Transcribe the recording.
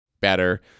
better